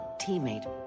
teammate